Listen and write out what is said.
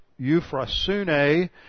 Euphrasune